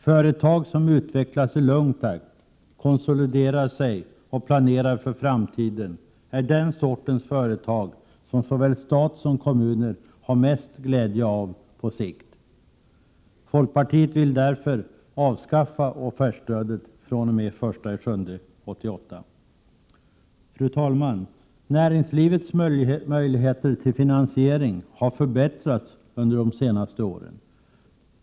Företag som utvecklas i lugn takt, konsoliderar sig och planerar för framtiden är den sortens företag som såväl stat som kommun har mest glädje av på sikt. Folkpartiet vill därför avskaffa offertstödet fr.o.m. den 1 juli 1988. Fru talman! Näringslivets möjligheter till finansiering har förbättrats Prot. 1987/88:127 under de senaste åren.